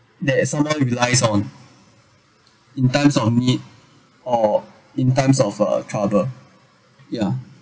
that someone relies on in times of need or in times of a trouble yeah